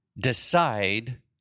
decide